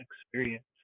experience